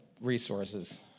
resources